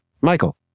Michael